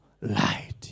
light